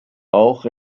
auch